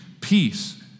peace